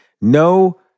No